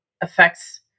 affects